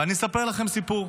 ואני אספר לכם סיפור.